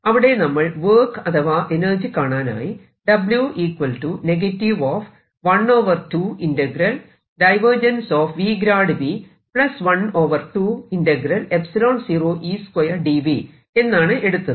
അവിടെ നമ്മൾ വർക്ക് അഥവാ എനർജി കാണാനായി എന്നാണ് എടുത്തത്